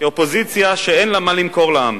לאופוזיציה שאין לה מה למכור לעם.